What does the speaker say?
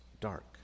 dark